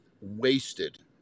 wasted